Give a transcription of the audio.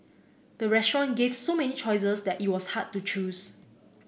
the restaurant gave so many choices that it was hard to choose